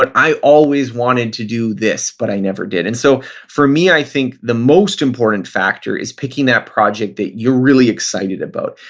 but i always wanted to do this, but i never did. and so for me, i think the most important factor is picking that project that you're really excited about.